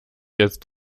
jetzt